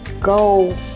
go